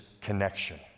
connection